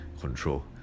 control